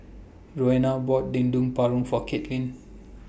Roena bought Dendeng Paru For Caitlin